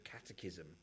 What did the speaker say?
Catechism